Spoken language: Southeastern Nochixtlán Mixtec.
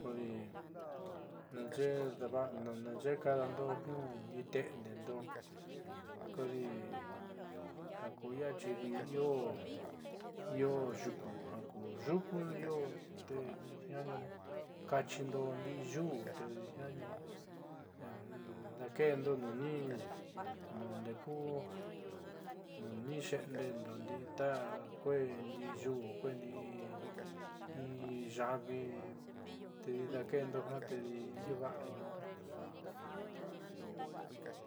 Kodi naaxe'e kadando niuú ni te'endendo kodi jaku ia chidi io yuku jaku yuku io tedi jiani kaachindo ndii yuú tedi jiani dakendo nuni nundeeku nuni xe'ende'endo ndii ta kuee ndii yuu kuee ndi'i inyaavi tedi dakendo ja tedi ndiuuva'anindo.